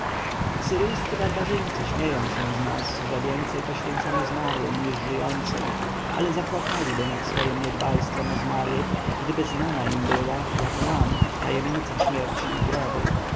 oczyszczenia asyryjscy barbarzyńcy śmieją się z nas że więcej poświęcamy zmarłym niż żyjącym ale zapłakaliby nad swojem niedbalstwem o zmarłych gdyby znana im była jak nam tajemnica śmierci i grobu